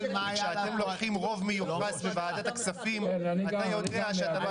כשאתם --- רוב מיוחס בוועדת הכספים אתה יודע שהדבר